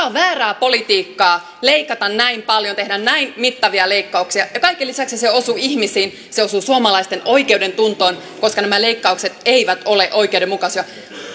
on väärää politiikkaa leikata näin paljon tehdä näin mittavia leikkauksia ja kaiken lisäksi se osuu ihmisiin se osuu suomalaisten oikeudentuntoon koska nämä leikkaukset eivät ole oikeudenmukaisia